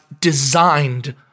designed